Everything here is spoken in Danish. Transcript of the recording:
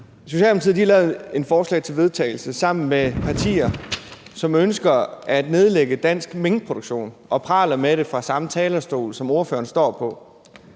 Socialdemokratiet har lavet et forslag til vedtagelse sammen med partier, som ønsker at nedlægge dansk minkproduktion og praler med det fra samme talerstol, som ordføreren står på.